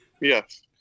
Yes